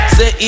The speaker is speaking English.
Say